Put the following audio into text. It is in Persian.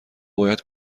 باید